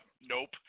nope